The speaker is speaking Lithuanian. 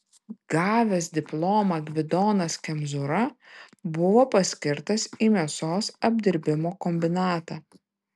gavęs diplomą gvidonas kemzūra buvo paskirtas į mėsos apdirbimo kombinatą